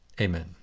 Amen